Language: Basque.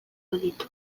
baditu